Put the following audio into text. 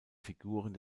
figuren